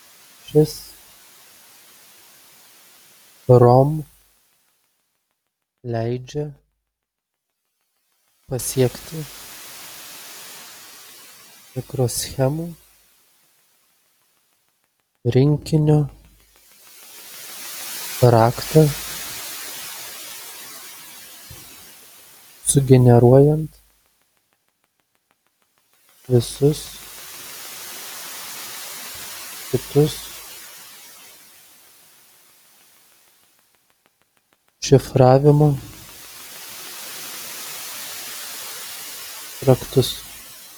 šis rom leidžia pasiekti mikroschemų rinkinio raktą sugeneruojant visus kitus šifravimo raktus